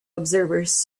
observers